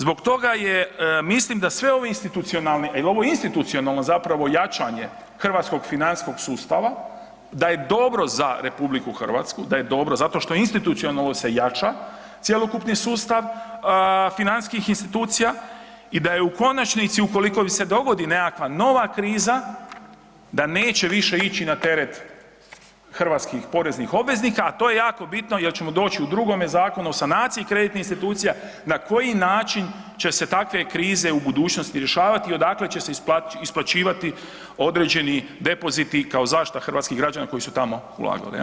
Zbog toga je, mislim da sve ove institucionalne, ovo je institucionalno zapravo jačanje hrvatskog financijskog sustava da je dobro za RH, da je dobro zato što institucionalno se jača cjelokupni sustav financijskih institucija i da je u konačnici ukoliko bi se dogodi nekakva nova kriza da neće više ići na teret hrvatskih poreznih obveznika, a to je jako bitno jel ćemo doći u drugome Zakonu o sanaciji kreditnih institucija na koji način će se takve krize u budućnosti rješavati i odakle će se isplaćivati određeni depoziti kao zaštita hrvatskih građana koji su tamo ulagali, jel.